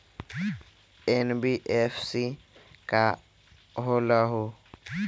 NBFC का होलहु?